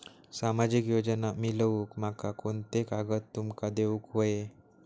सामाजिक योजना मिलवूक माका कोनते कागद तुमका देऊक व्हये?